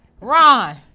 Ron